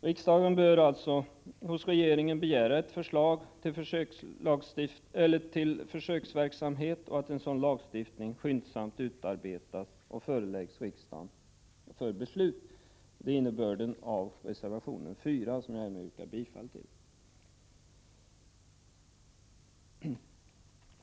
Riksdagen bör hos regeringen begära ett förslag till försöksverksamhet och att en sådan lagstiftning skyndsamt utarbetas och föreläggs riksdagen för beslut. Det är innebörden av reservation 4, som jag härmed yrkar bifall till.